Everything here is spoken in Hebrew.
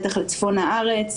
בטח על צפון הארץ,